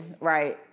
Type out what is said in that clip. right